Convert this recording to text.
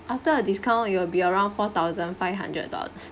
after a discount it'll be around four thousand five hundred dollars